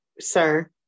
sir